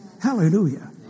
Hallelujah